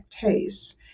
tastes